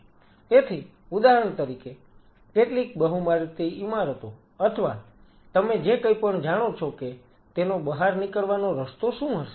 તેથી ઉદાહરણ તરીકે કેટલીક બહુમાળી ઈમારતો અથવા તમે જે કઈ પણ જાણો છો કે તેનો બહાર નીકળવાનો રસ્તો શું હશે